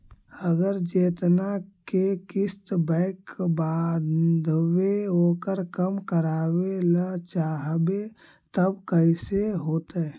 अगर जेतना के किस्त बैक बाँधबे ओकर कम करावे ल चाहबै तब कैसे होतै?